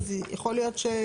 אז יכול להיות.